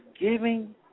giving